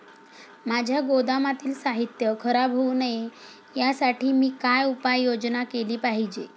माझ्या गोदामातील साहित्य खराब होऊ नये यासाठी मी काय उपाय योजना केली पाहिजे?